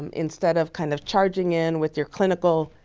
um instead of kind of charging in with your clinical,